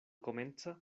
komenca